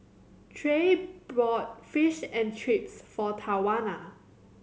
Trey bought Fish and Chips for Tawana